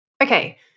Okay